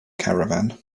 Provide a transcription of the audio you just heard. caravan